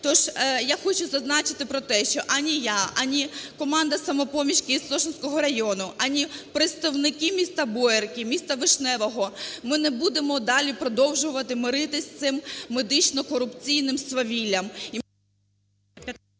Тож я хочу зазначити про те, що ані я, ані команда "Самопоміч" Києво-Святошинського району, ані представники міста Боярки, міста Вишневого ми не будемо далі продовжувати миритися з цим медично-корупційним свавіллям